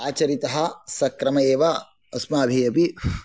आचरितः स क्रम एव अस्माभिः अपि